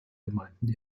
gemeinden